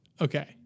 Okay